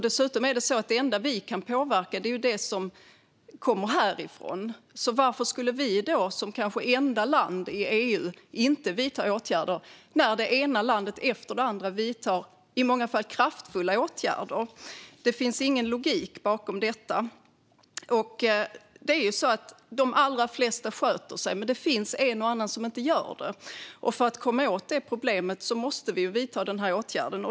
Dessutom är det enda som vi kan påverka det som kommer härifrån. Varför skulle vi som kanske enda land i EU inte vidta åtgärder när det ena landet efter det andra vidtar i många fall kraftfulla åtgärder? Det finns ingen logik bakom detta. De allra flesta sköter sig. Men det finns en och annan som inte gör det. För att komma åt det problemet måste vi vidta den här åtgärden.